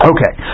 Okay